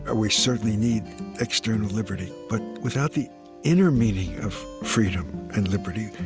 ah we certainly need external liberty. but without the inner meaning of freedom and liberty,